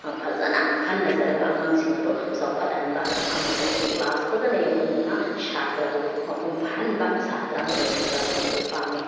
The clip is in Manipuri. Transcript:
ꯐꯖꯅ ꯈꯟꯅꯖꯔꯒ ꯑꯉꯥꯡꯁꯤꯡ ꯑꯗꯣ ꯆꯥꯎꯈꯠꯍꯟꯕ ꯑꯃꯗꯤ ꯀ꯭ꯂꯥꯁ ꯐꯖꯅ ꯌꯥꯎꯍꯟꯗꯨꯅ ꯁꯥꯇ꯭ꯔꯕꯨ ꯃꯄꯨꯡ ꯐꯍꯟꯕ ꯁꯥꯇ꯭ꯔ ꯑꯃ ꯑꯣꯏꯍꯟꯕ ꯑꯩ ꯄꯥꯝꯃꯤ